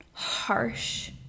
harsh